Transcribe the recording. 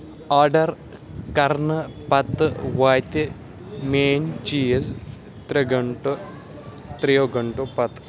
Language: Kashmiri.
آرڈر کرنہٕ پتہٕ وٲتہِ میٲنۍ چیٖز ترٛےٚ گَنٹہٕ ترٛیو گھنٹَو پتہٕ